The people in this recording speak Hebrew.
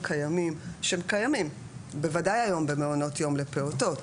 הקיימים שהם קיימים בוודאי היום במעונות יום לפעוטות,